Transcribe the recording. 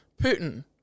Putin